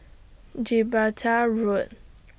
Gibraltar Road